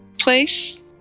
place